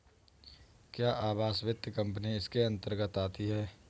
क्या आवास वित्त कंपनी इसके अन्तर्गत आती है?